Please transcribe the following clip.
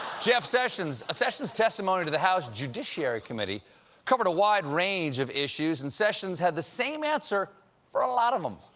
jeff sessions. sessions' testimony to the house judiciary committee covered a wide range of issues, and sessions had the same answer for a lot of them.